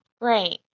Great